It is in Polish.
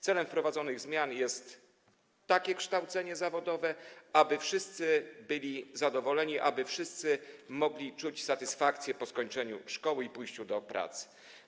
Celem wprowadzonych zmian jest takie kształcenie zawodowe, aby wszyscy byli zadowoleni, aby wszyscy mogli czuć satysfakcję po skończeniu szkoły i pójściu do pracy.